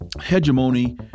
hegemony